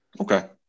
Okay